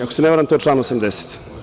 Ako se ne varam, to je član 80.